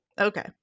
okay